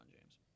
James